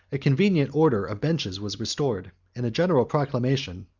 a convenient order of benches was restored and a general proclamation,